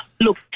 Look